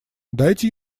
дайте